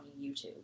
YouTube